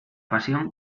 pasión